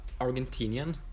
Argentinian